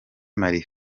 marie